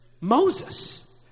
Moses